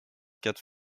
quatre